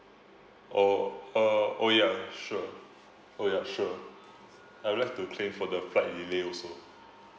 oh uh oh ya sure oh ya sure I would like to claim for the flight delay also